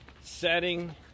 setting